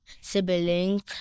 Siblings